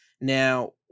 Now